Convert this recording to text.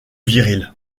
viril